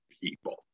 people